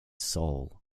soul